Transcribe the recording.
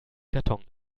karton